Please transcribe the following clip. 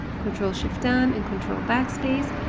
control shift down and control backspace,